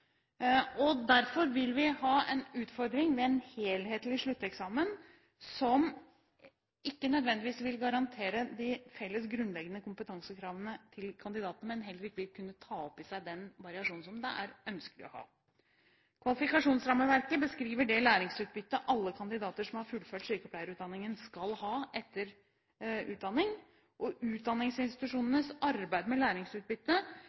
Derfor vil vi ha en utfordring med en helhetlig slutteksamen, som ikke nødvendigvis vil garantere de felles grunnleggende kompetansekravene til kandidatene, og heller ikke vil kunne ta opp i seg den variasjonen som det er ønskelig å ha. Kvalifikasjonsrammeverket beskriver det læringsutbyttet alle kandidater som har fullført sykepleierutdanningen, skal ha etter utdanningen. Utdanningsinstitusjonenes arbeid med læringsutbytte